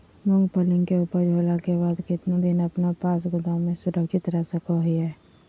मूंगफली के ऊपज होला के बाद कितना दिन अपना पास गोदाम में सुरक्षित रख सको हीयय?